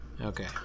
Okay